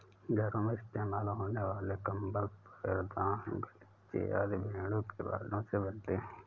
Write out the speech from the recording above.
घरों में इस्तेमाल होने वाले कंबल पैरदान गलीचे आदि भेड़ों के बालों से बनते हैं